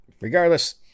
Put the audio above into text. regardless